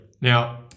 now